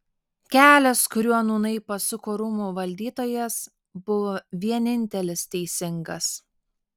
kelias kuriuo nūnai pasuko rūmų valdytojas buvo vienintelis teisingas